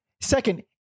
second